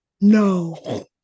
No